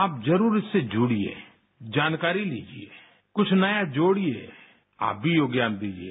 आप जरूर इससे जुड़िये जानकारी लिजिये कुछ नया जोड़िये आप भी योगदान दीजिये